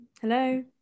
Hello